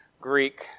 Greek